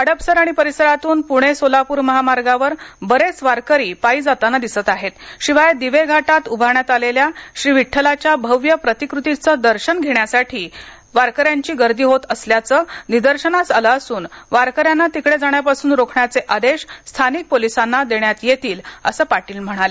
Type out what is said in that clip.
हडपसर आणि परिसरातून पुढे सोलापूर महामार्गावर बरेच वारकरी पायी जाताना दिसत आहेत शिवाय दिवे घाटात उभारण्यात आलेल्या श्री विठ्ठलाच्या भव्य प्रतिकृतीचं दर्शन घेण्यासाठी देखील वारकऱ्यांची गर्दी होत असल्याचं निदर्शनास आलं असून वारकऱ्यांना तिकडे जाण्यापासून रोखण्याचे आदेश स्थानिक पोलिसांना देण्यात येतील असं पाटील म्हणाले